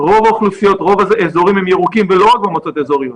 רוב האזורים הם ירוקים ולא רק במועצות האזוריות.